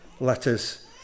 letters